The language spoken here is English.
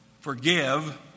Forgive